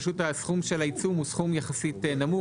פשוט הסכום של העיצום הוא סכום יחסית נמוך